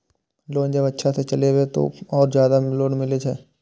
Loan जब अच्छा से चलेबे तो और ज्यादा लोन मिले छै?